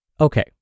Okay